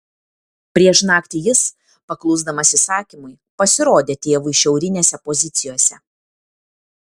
prieš naktį jis paklusdamas įsakymui pasirodė tėvui šiaurinėse pozicijose